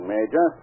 Major